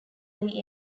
valley